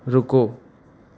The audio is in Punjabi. ਰੁਕੋ